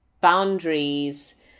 boundaries